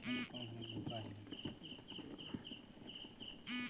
আমি আমার debit card হারানোর খবর সম্পর্কে অবহিত করতে চাই